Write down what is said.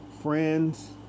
friends